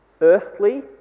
earthly